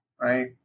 right